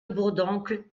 bourdoncle